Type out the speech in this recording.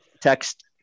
text